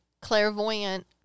clairvoyant